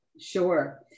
sure